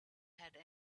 had